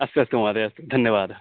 अस्तु अस्तु महोदय अस्तु धन्यवादः